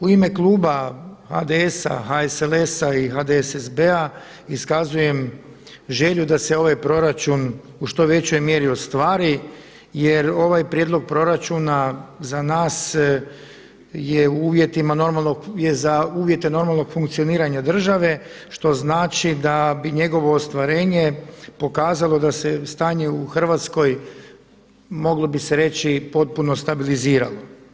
U ime Kluba HDS-a, HSLSL-a i HDSSB-a iskazujem želju da se ovaj proračun u što većoj mjeri ostvari jer ovaj prijedlog proračuna za nas je u uvjetima normalnog, je za uvjete normalnog funkcioniranja država što znači da bi njegovo ostvarenje pokazalo da se stanje u Hrvatskoj moglo bi se reći potpuno stabiliziralo.